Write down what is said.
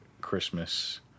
Christmas